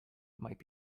might